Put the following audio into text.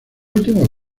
últimos